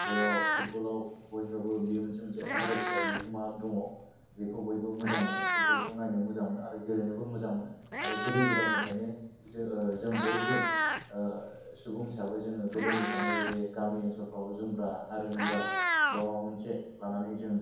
बेयाव फुटबलाव बयहाबो बियो मोनसे मोनसे इन्टारेस्ट बा बिहोमा दङ बिखौ बयबो मोजां मोनो फुटबल खौ नायनो मोजां मोनो गेलेनोबो मोजां मोनो आरो गोदो गोदायनिफ्रायनो जों बयबो सुबुं हिसाबै जोङो गोदोनिफायनो जे गामि ओनसोलफ्राव जुमब्रा नारें जुमब्रा बा माबा मोनसे लानानै जों